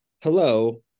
hello